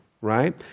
right